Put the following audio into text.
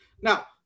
Now